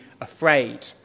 afraid